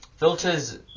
Filters